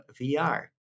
VR